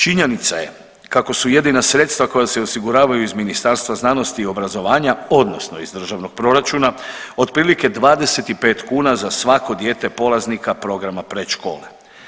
Činjenica je kako su jedina sredstva koja se osiguravaju iz Ministarstva znanosti i obrazovanja odnosno iz državnog proračuna otprilike 25 kuna za svako dijete polaznika programa predškole.